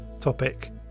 topic